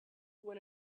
when